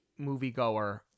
moviegoer